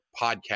podcast